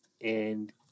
and-